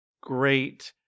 great